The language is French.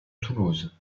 toulouse